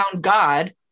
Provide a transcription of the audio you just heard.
God